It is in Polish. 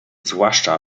zwłaszcza